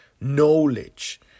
knowledge